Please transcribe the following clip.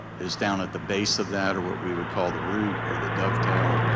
is down at the base of that, or what we would call the root or the dovetail,